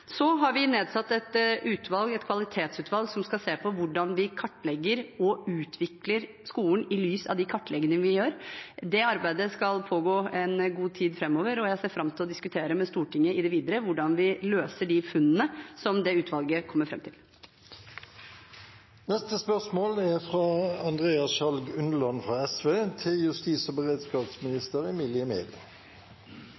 Så har vi nedsatt et kvalitetsutvalg som skal se på hvordan vi kartlegger og utvikler skolen i lys av de kartleggingene vi gjør. Det arbeidet skal pågå en god tid framover, og jeg ser fram til å diskutere med Stortinget i det videre hvordan vi løser de funnene som det utvalget kommer fram til. «Riksadvokatembetet har slått fast at det har vært systematiske feil og